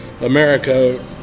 America